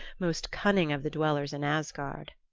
most cunning of the dwellers in asgard.